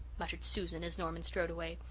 muttered susan, as norman strode away.